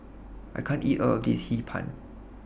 I can't eat All of This Hee Pan